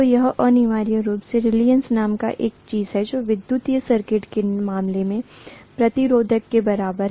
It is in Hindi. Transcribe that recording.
तो यह अनिवार्य रूप से रीलक्टन्स नामक एक चीज है जो विद्युत सर्किट के मामले में प्रतिरोध के बराबर है